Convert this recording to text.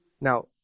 now